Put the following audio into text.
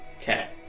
Okay